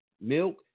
Milk